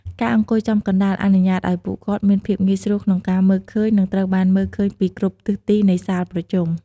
ការអង្គុយចំកណ្តាលអនុញ្ញាតឲ្យពួកគាត់មានភាពងាយស្រួលក្នុងការមើលឃើញ និងត្រូវបានមើលឃើញពីគ្រប់ទិសទីនៃសាលប្រជុំ។